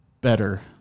better